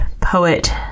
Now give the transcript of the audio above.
poet